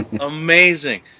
Amazing